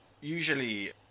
Usually